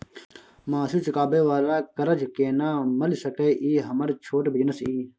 मासिक चुकाबै वाला कर्ज केना मिल सकै इ हमर छोट बिजनेस इ?